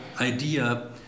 idea